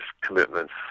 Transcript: commitments